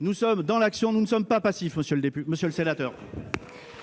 Nous sommes dans l'action, nous ne sommes pas passifs, monsieur le sénateur